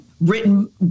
written